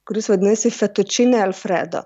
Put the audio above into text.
kuris vadinasi fetučini alfredo